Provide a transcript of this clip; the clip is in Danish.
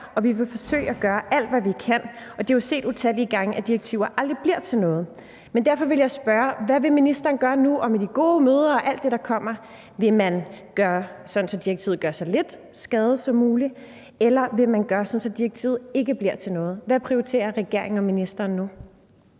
og vi vil forsøge alt, hvad vi kan, og det er jo set utallige gange, at direktiver aldrig bliver til noget.« Men derfor vil jeg spørge: Hvad vil ministeren gøre nu og med de gode møder og alt det, der kommer? Vil man gøre sådan, at direktivet gør så lidt skade som muligt? Eller vil man gøre sådan, at direktivet ikke bliver til noget? Hvad prioriterer regeringen og ministeren nu?